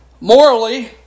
Morally